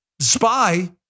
spy